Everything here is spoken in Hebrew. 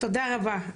תודה רבה.